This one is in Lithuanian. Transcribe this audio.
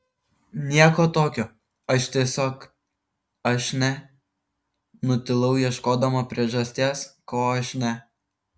nieko tokio aš tiesiog aš ne nutilau ieškodama priežasties ko aš ne